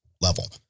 level